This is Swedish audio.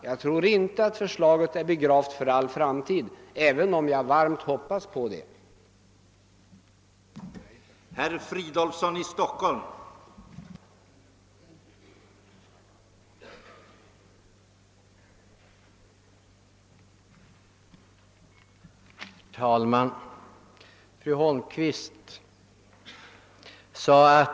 Jag tror inte att förslaget är begravt för all framtid, även om jag varmt hade hoppats att så skulle bli fallet.